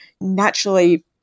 naturally